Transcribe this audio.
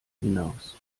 hinaus